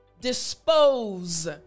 Dispose